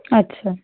আচ্ছা